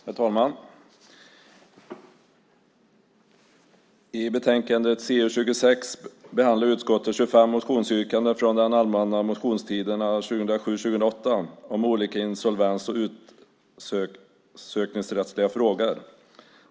Herr talman! I betänkandet CU26 behandlar utskottet 25 motionsyrkanden från den allmänna motionstiden 2007 och 2008 om olika insolvens och utsökningsrättsliga frågor.